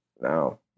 no